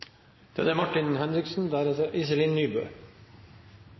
Da er det